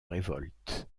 révolte